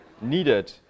needed